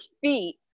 feet